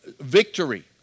victory